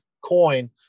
coin